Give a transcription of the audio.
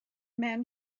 man